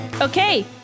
Okay